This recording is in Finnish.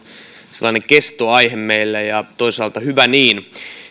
sellainen kestoaihe meillä ja toisaalta hyvä niin